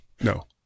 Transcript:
no